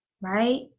right